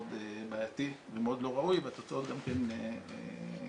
בעייתי ומאוד לא ראוי והתוצאות גם כן בהתאם.